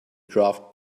draft